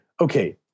okay